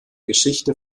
geschichte